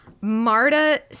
marta